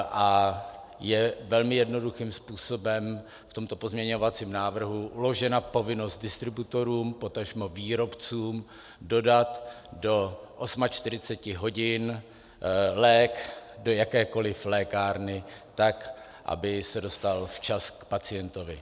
A je velmi jednoduchým způsobem v tomto pozměňovacím návrhu uložena povinnost distributorům, potažmo výrobcům dodat do 48 hodin lék do jakékoli lékárny tak, aby se dostal včas k pacientovi.